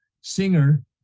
singer